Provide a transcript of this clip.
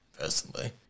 personally